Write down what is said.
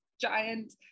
giant